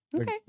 Okay